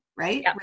right